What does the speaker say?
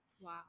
Wow